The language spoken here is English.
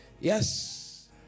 Yes